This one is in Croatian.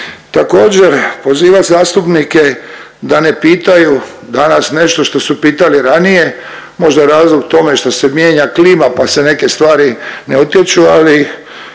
Također pozivat zastupnike da ne pitaju danas nešto šta su pitali ranije, možda razlog k tome što se mijenja klima pa se neke stvari ne utječu, ali